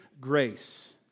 grace